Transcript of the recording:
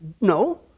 no